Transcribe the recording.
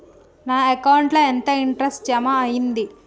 నా అకౌంట్ ల ఎంత ఇంట్రెస్ట్ జమ అయ్యింది?